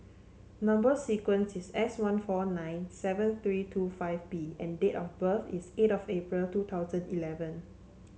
number sequence is S one four nine seven three two five B and date of birth is eight of April two thousand eleven